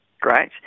Great